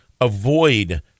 avoid